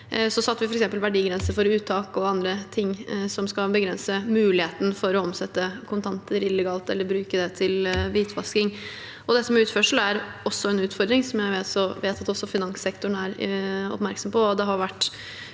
– satte en verdigrense for uttak og annet for å begrense muligheten for å omsette kontanter illegalt eller bruke dem til hvitvasking. Dette med utførsel er en utfordring, som jeg vet at også finanssektoren er oppmerksom på,